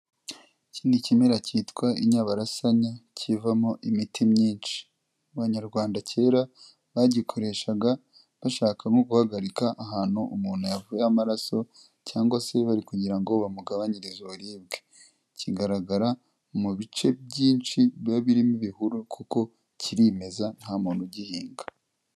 Iki ni ikimera cyitwa inyabarasanya kivamo imiti myinshi, abanyarwanda kera bagikoreshaga bashaka nko guhagarika ahantu umuntu yavuye amaraso, cyangwa se bari kugira ngo bamugabanyirize uburibwe, kigaragara mu bice byinshi biba birimo ibihuru, kuko kirimeza nta muntu ugihinga.